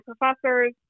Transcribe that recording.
professors